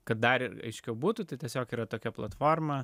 kad dar aiškiau būtų tiesiog yra tokia platforma